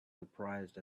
surprised